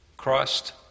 Christ